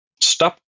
Stop